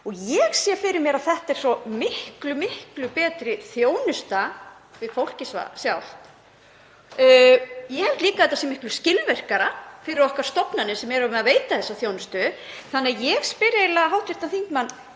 Ég sé fyrir mér að þetta sé svo miklu betri þjónusta við fólkið sjálft. Ég held líka að þetta sé miklu skilvirkara fyrir okkar stofnanir sem eru að veita þessa þjónustu. Þannig að ég spyr eiginlega hv. þingmann: